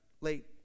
late